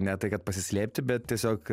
ne tai kad pasislėpti bet tiesiog